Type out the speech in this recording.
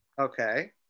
Okay